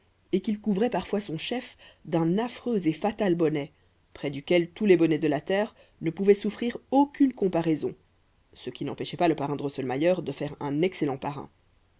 et qu'il couvrait parfois son chef d'un affreux et fatal bonnet près duquel tous les bonnets de la terre ne pouvaient souffrir aucune comparaison ce qui n'empêchait pas le parrain drosselmayer de faire un excellent parrain